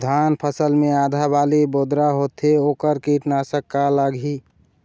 धान फसल मे आधा बाली बोदरा होथे वोकर कीटनाशक का लागिही?